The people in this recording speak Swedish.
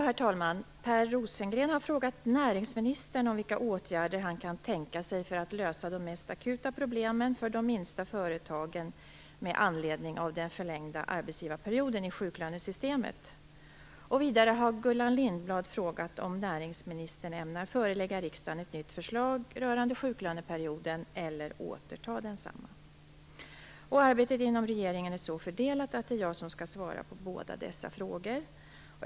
Herr talman! Per Rosengren har frågat näringsministern om vilka åtgärder han kan tänka sig för att lösa de mest akuta problemen för de minsta företagen med anledning av den förlängda arbetsgivarperioden i sjuklönesystemet. Vidare har Gullan Lindblad frågat om näringsministern ämnar förelägga riksdagen ett nytt förslag rörande sjuklöneperioden eller återta detsamma. Arbetet inom regeringen är så fördelat att det är jag som skall svara på båda dessa frågor.